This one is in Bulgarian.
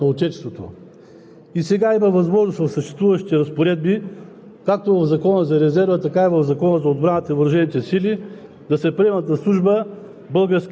Само по желание и като се въведе срочна служба в доброволния резерв, ще се увеличи броят на подготвените български граждани за защита на Отечеството.